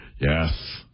Yes